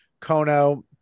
Kono